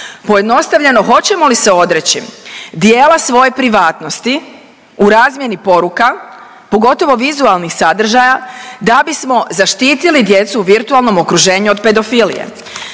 Pojednostavljeno hoćemo li se odreći dijela svoje privatnosti u razmjeni poruka pogotovo vizualnih sadržaja da bismo zaštitili djecu u virtualnom okruženju od pedofilije?